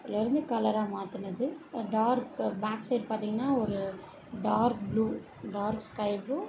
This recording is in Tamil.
லருந்து கலராக மாற்றுனது டார்க்கு பேக் சைட் பார்த்திங்கன்னா ஒரு டார்க் ப்ளு டார்க் ஸ்கைபுளு